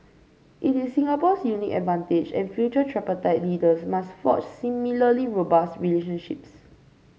it is Singapore's unique advantage and future tripartite leaders must forge similarly robust relationships